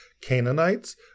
Canaanites